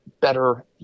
better